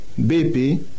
BP